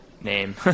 name